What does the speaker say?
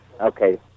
Okay